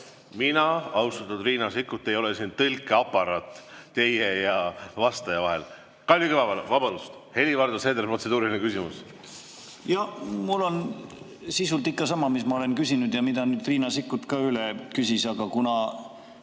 Mina, austatud Riina Sikkut, ei ole siin tõlkeaparaat teie ja vastaja vahel. Kalvi Kõva, palun! Vabandust! Helir-Valdor Seeder, protseduuriline küsimus. Jah, mul on sisult ikka sama, mis ma olen küsinud ja mida nüüd Riina Sikkut ka üle küsis. Kuna